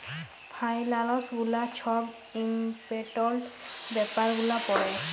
ফাইলালস গুলা ছব ইম্পর্টেলট ব্যাপার গুলা পড়ে